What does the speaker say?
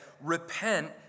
repent